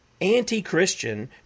anti-Christian